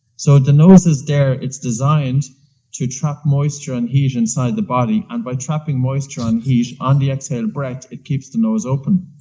so the nose is there, it's designed to trap moisture and heat inside the body, and by trapping moisture and heat on the exhaled breath it keeps the nose open.